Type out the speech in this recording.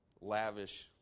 lavish